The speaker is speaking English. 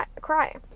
cry